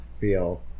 feel